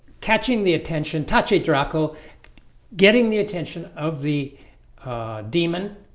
catching the attention touch it rocco getting the attention of the demon,